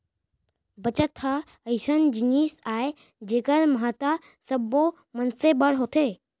budget ह अइसन जिनिस आय जेखर महत्ता सब्बो मनसे बर होथे